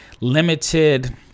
limited